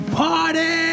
party